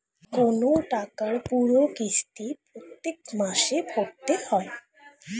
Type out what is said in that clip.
কোন টাকার পুরো কিস্তি প্রত্যেক মাসে ভরতে হয়